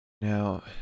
now